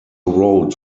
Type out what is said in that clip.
wrote